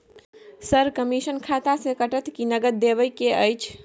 Sir, commission खाता से कटत कि नगद देबै के अएछ?